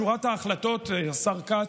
השר כץ,